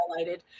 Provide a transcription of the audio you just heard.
highlighted